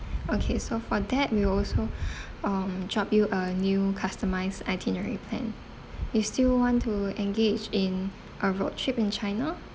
okay so for that we will also um drop you a new customised itinerary plan you still want to engage in a road trip in china